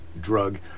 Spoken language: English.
drug